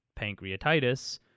pancreatitis